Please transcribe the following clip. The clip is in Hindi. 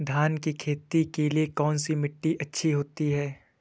धान की खेती के लिए कौनसी मिट्टी अच्छी होती है?